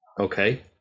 Okay